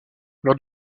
lors